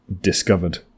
discovered